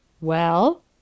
Well